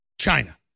China